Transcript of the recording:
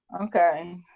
Okay